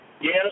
yes